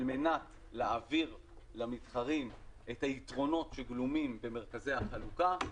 על מנת להעביר למתחרים את היתרונות שגלומים במרכזי החלוקה.